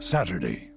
Saturday